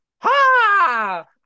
ha